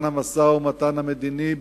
לשולחן המשא-ומתן המדיני,